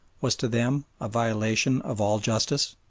was to them a violation of all justice?